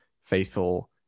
faithful